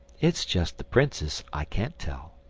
it's just the princes i can't tell.